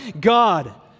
God